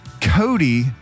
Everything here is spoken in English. Cody